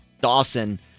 Dawson